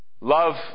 love